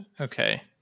Okay